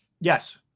Yes